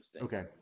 Okay